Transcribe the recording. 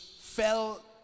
fell